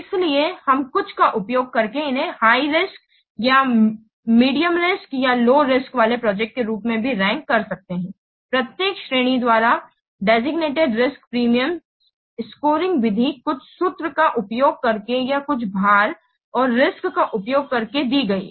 इसलिए हम कुछ का उपयोग करके उन्हें हाई रिस्क या मध्यम रिस्क या लौ रिस्क वाले प्रोजेक्ट के रूप में भी रैंक कर सकते हैं प्रत्येक श्रेणी द्वारा डेजिग्नेटिड रिस्क प्रीमियम स्कोरिंग विधि कुछ सूत्र का उपयोग करके या कुछ भार और रिस्क्स का उपयोग करके दी गई है